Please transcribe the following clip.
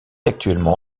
actuellement